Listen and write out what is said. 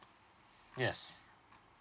yes